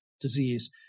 disease